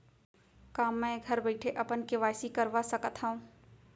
का मैं घर बइठे अपन के.वाई.सी करवा सकत हव?